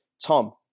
Tom